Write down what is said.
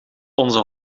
onze